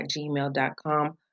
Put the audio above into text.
gmail.com